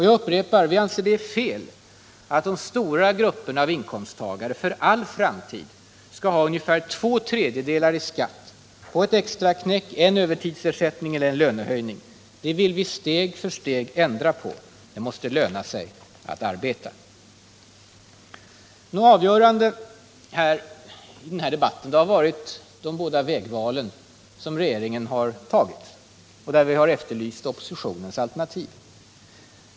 Jag upprepar: Vi anser att det är fel att de stora grupperna av inkomsttagare för all framtid skall betala ungefär två tredjedelar i skatt på ett extraknäck, en övertidsersättning eller en lönehöjning. Detta vill vi steg för steg ändra på. Det måste löna sig att arbeta. Avgörande i den här debatten har varit viktiga vägval som regeringen har gjort och där vi har efterlyst oppositionens alternativ.